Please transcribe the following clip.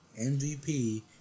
MVP